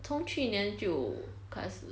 从去年就开始了